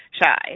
shy